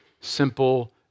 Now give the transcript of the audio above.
simple